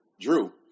Drew